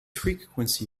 frequency